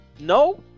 No